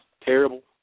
terrible